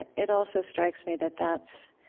it it also strikes me that that's